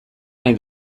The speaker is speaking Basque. nahi